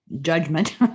judgment